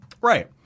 Right